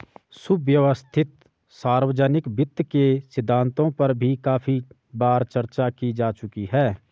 सुव्यवस्थित सार्वजनिक वित्त के सिद्धांतों पर भी काफी बार चर्चा की जा चुकी है